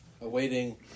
awaiting